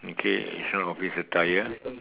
okay it's not office attire